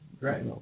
Right